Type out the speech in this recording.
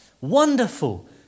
Wonderful